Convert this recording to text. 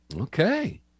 okay